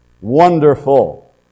Wonderful